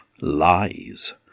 lies